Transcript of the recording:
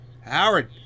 Howard